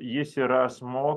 jis yra asmuo